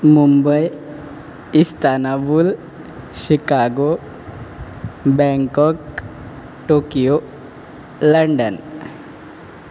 Mumbai Istanbul Chicago Bangkok Tokyo London